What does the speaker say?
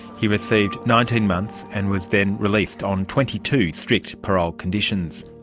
he received nineteen months and was then released on twenty two strict parole conditions.